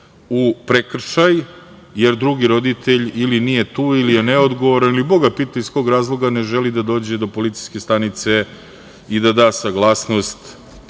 u prekršaj, jer drugi roditelj nije tu ili je neodgovoran ili boga pitaj iz kog razloga ne želi da dođe do policijske stanice i da da saglasnost